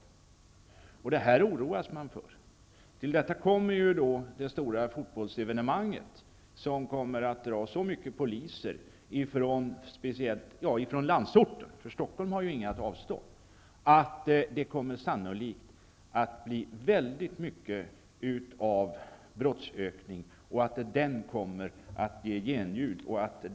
Det här oroas man för. Till detta kommer det stora fotbollsevenemanget, som kommer att dra så många poliser från landsorten, för Stockholm har ju inga att avstå, att brottsligheten sannolikt kommer att öka mycket och att det kommer att ge genljud.